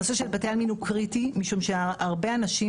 הנושא של בתי עלמין הוא קריטי משום שהרבה אנשים